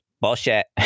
bullshit